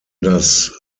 das